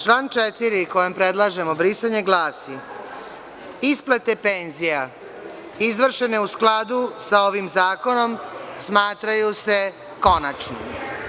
Član 4. kojem predlažemo brisanje glasi – isplate penzija izvršene u skladu sa ovim zakonom smatraju se konačnim.